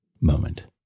moment